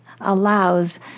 allows